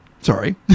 Sorry